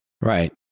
Right